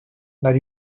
that